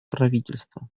правительства